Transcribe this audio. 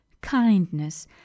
kindness